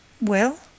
Well